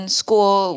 school